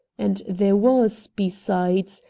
and there was, besides,